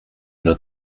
una